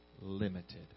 limited